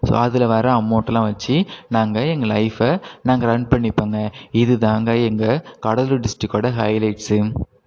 so அதில் வர அமௌண்டெல்லாம் வச்சு நாங்கள் எங்கள் லைஃபை நாங்கள் ரன் பண்ணிப்போங்க இது தாங்க எங்கள் கடலூர் டிஸ்ட்ரிக்கோட ஹைலைட்ஸு